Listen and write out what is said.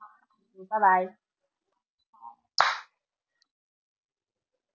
bye bye